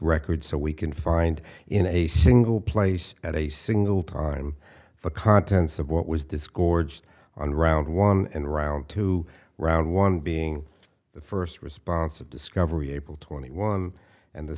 record so we can find in a single place at a single time the contents of what was disgorged on round one and round two round one being the first response of discovery april twenty one and the